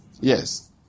Yes